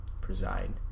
preside